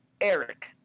Eric